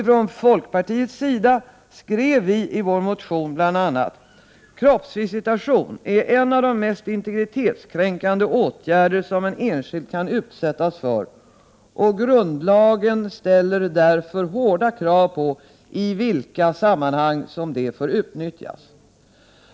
Från folkpartiets sida skrev vi i vår motion bl.a.: ”Kroppsvisitationen är en av de mest integritetskränkande åtgärder som den enskilde kan utsättas för och grundlagen ställer därför hårda krav på i vilka sammanhang som det får utnyttjas.